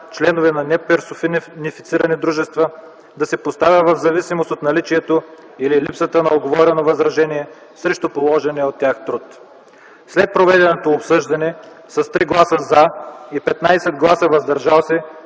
членове на неперсонифицирани дружества, да се поставя в зависимост от наличието или липсата на уговорено възнаграждение срещу положения от тях труд. След проведеното обсъждане с 3 гласа „за” и 15 гласа „въздържали се”